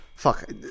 Fuck